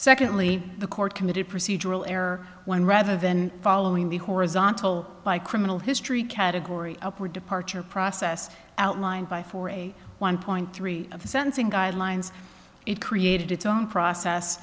secondly the court committed procedural error when rather than following the horizontal by criminal history category upward departure process outlined by for a one point three of the sensing guidelines it created its own process